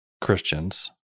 Christians